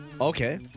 Okay